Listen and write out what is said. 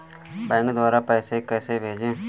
Bank द्वारा पैसे कैसे भेजें?